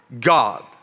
God